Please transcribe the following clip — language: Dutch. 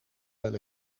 wel